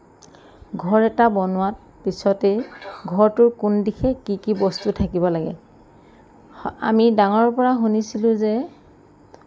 ঘৰ এটা বনোৱাৰ পিছতেই ঘৰটোৰ কোন দিশে কি কি বস্তু থাকিব লাগে অমি ডাঙৰৰ পৰা শুনিছিলোঁ যে